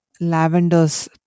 Lavender's